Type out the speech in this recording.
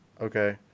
Okay